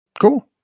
Cool